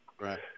Right